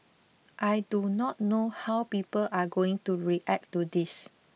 I do not know how people are going to react to this